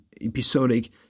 episodic